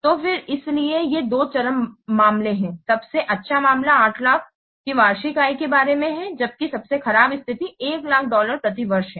तो फिर इसलिए ये दो चरम मामले हैं सबसे अच्छा मामला 800000 की वार्षिक आय के बारे में है जबकि सबसे खराब स्थिति 100000 डॉलर प्रति वर्ष है